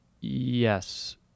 yes